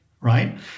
Right